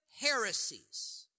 heresies